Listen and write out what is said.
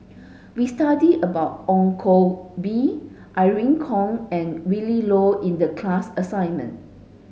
we studied about Ong Koh Bee Irene Khong and Willin Low in the class assignment